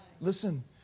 Listen